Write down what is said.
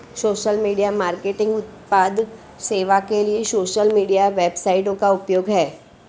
social media marketing उत्पाद सेवा के लिए सोशल मीडिया वेबसाइटों का उपयोग है